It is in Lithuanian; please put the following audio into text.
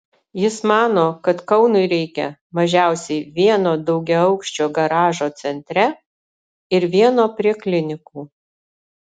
jis mano kad kaunui reikia mažiausiai vieno daugiaaukščio garažo centre ir vieno prie klinikų